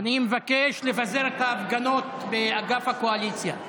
אני מבקש לפזר את ההפגנות באגף הקואליציה.